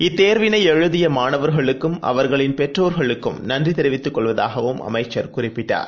இத்தேர்வினைஎழுதியமாணவர்களுக்கும் அவர்களின் பெற்றோர்களுக்கும் நன்றிதெரிவித்துக் கொள்வதாகவும் அமைச்சர் குறிப்பிட்டார்